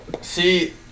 See